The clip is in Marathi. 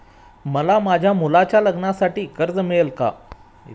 मला माझ्या मुलाच्या लग्नासाठी कर्ज मिळेल का?